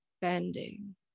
bending